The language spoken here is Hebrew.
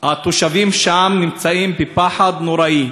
התושבים שם נמצאים בפחד נוראי.